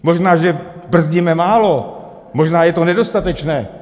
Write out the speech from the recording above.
Možná že brzdíme málo, možná je to nedostatečné.